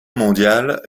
mondiale